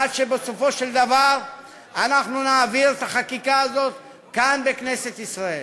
עד שבסופו של דבר אנחנו נעביר את החקיקה הזאת כאן בכנסת ישראל.